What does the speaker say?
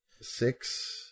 six